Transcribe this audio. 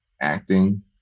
acting